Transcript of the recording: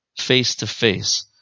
face-to-face